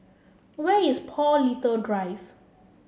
where is Paul Little Drive